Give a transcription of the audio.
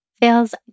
feels